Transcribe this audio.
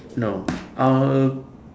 no I will